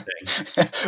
Interesting